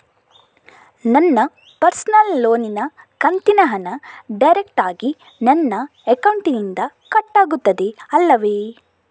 ನನ್ನ ಪರ್ಸನಲ್ ಲೋನಿನ ಕಂತಿನ ಹಣ ಡೈರೆಕ್ಟಾಗಿ ನನ್ನ ಅಕೌಂಟಿನಿಂದ ಕಟ್ಟಾಗುತ್ತದೆ ಅಲ್ಲವೆ?